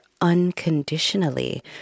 unconditionally